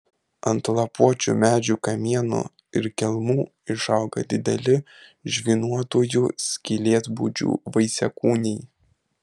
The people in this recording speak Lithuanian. ant lapuočių medžių kamienų ir kelmų išauga dideli žvynuotųjų skylėtbudžių vaisiakūniai